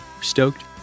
stoked